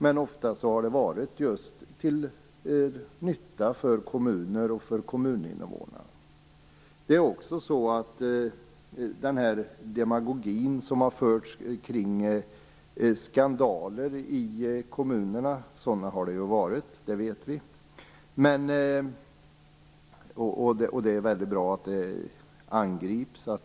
Men ofta har det varit till nytta för kommuner och kommuninnevånarna. Den har varit demagogi kring skandaler i kommunerna. Sådana har funnits, det vet vi. Det är väldigt bra att de angrips.